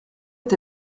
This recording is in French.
est